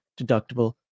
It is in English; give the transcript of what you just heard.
deductible